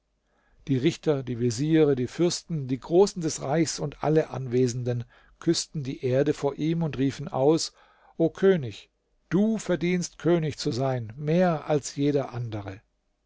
die richter die veziere die fürsten die großen des reichs und alle anwesenden küßten die erde vor ihm und riefen aus o könig du verdienst könig zu sein mehr als jeder andere